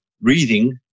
breathing